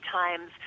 times